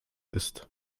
ist